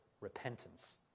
repentance